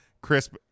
crisp